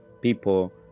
people